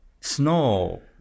Snow